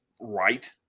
right